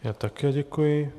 Já také děkuji.